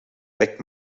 pac